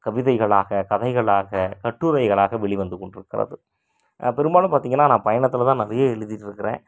கவிதைகளாக கதைகளாக கட்டுரைகளாக வெளிவந்து கொண்டிருக்கிறது பெரும்பாலும் பார்த்திங்கன்னா நான் பயணத்தில் தான் நிறைய எழுதிகிட்டு இருக்கிறேன்